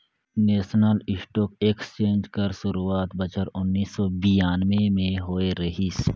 national stock exchange कर सुरवात बछर उन्नीस सव बियानबें में होए रहिस